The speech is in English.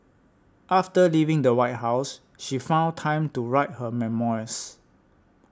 after leaving the White House she found time to write her memoirs